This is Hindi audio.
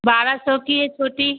बारह सौ की है छोटी